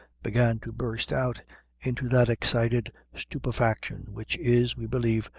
began to burst out into that excited stupefaction which is, we believe,